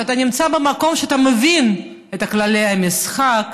שאתה נמצא במקום שאתה מבין את כללי המשחק,